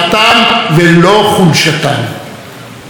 כך לגבי הבנות הדתיות המשרתות בצה"ל,